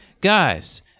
guys